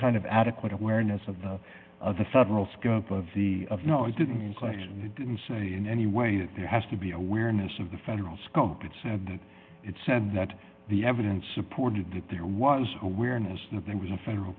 kind of adequate awareness of the of the federal scope of the of no i didn't mean question he didn't say in any way that there has to be awareness of the federal scope it said that it said that the evidence supported that there was awareness that there was a federal